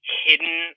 hidden